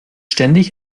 ständig